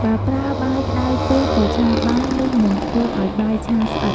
បើប្រើបាយក្តៅពេកទៅឆាបាយ នោះនឹងធ្វើឱ្យបាយឆាស្អិត។